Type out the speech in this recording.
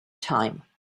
time